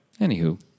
Anywho